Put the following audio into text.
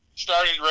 started